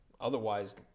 otherwise